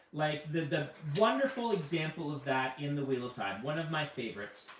like the the wonderful example of that in the wheel of time, one of my favorites,